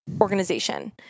organization